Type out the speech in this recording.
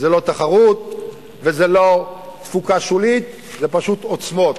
זה לא תחרות וזה לא תפוקה שולית, זה פשוט עוצמות.